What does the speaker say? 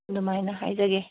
ꯑꯗꯨꯃꯥꯏꯅ ꯍꯥꯏꯖꯒꯦ